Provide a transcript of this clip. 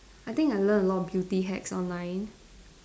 I think I learn a lot of beauty hacks online